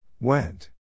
went